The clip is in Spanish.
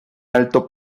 alto